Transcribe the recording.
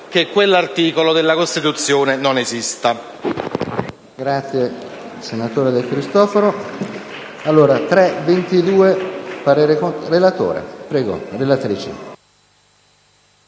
che quell'articolo della Costituzione non esista